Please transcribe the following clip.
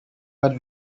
were